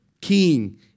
king